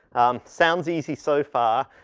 um, sounds easy so far.